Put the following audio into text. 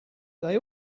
they